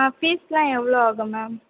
ஆ ஃபிஸ்லாம் எவ்வளோ ஆகும் மேம்